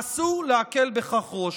אסור להקל בכך ראש.